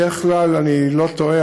בדרך כלל אני לא טועה,